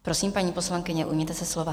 Prosím, paní poslankyně, ujměte se slova.